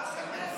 שער של מסי.